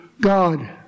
God